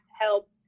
help